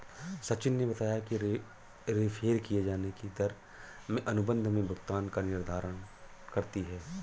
सचिन ने बताया कि रेफेर किये जाने की दर में अनुबंध में भुगतान का निर्धारण करती है